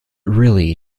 really